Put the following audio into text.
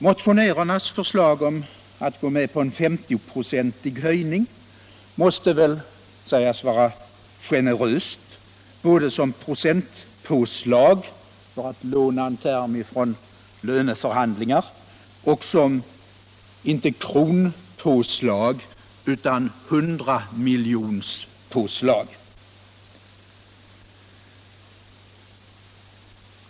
Motionärernas förslag om att gå med på en femtioprocentig höjning måste sägas vara generöst, både som procentpåslag — för att låna en term från löneförhandlingar — och som, inte kronpåslag utan hundramiljonspåslag.